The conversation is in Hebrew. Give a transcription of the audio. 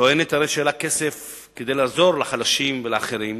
שטוענת שאין לה כסף כדי לעזור לחלשים ולאחרים,